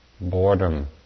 boredom